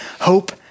Hope